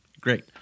Great